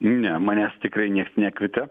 ne manęs tikrai nieks nekvietė